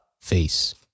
face